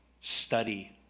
Study